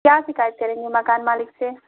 क्या शिकायत करेंगे मकान मालिक से